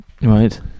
Right